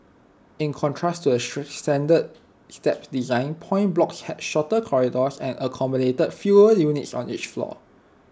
in contrast to the standard slab design point blocks had shorter corridors and accommodated fewer units on each floor